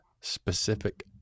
specific